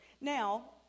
Now